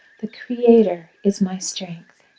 the creator is my strength!